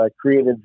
created